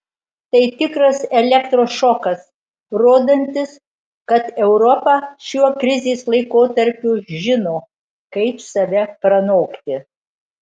tai tikras elektros šokas rodantis kad europa šiuo krizės laikotarpiu žino kaip save pranokti